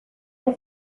they